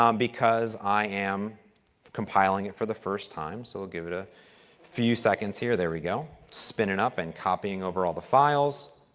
um because i am come piling it for the first time. so, we'll give it a few seconds here. there we go. spinning up and copying over all the files.